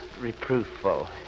reproofful